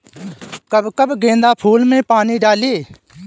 कब कब गेंदा फुल में पानी डाली?